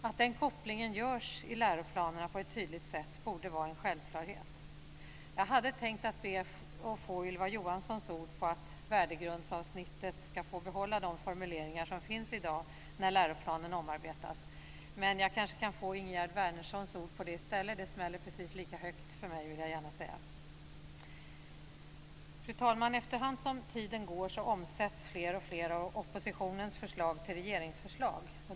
Att den kopplingen görs på ett tydligt sätt i läroplanerna borde vara en självklarhet. Jag hade tänkt att be Ylva Johansson att få hennes ord på att värdegrundsavsnittet skall få behålla de formuleringar som finns i dag när läroplanen omarbetas, men jag kanske kan få Ingegerd Wärnerssons ord på det i stället. Jag vill gärna säga att det smäller precis lika högt för mig. Fru talman! Efter hand som tiden går omsätts fler och fler av oppositionens förslag till regeringsförslag.